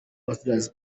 ambasadazi